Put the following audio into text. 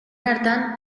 hartan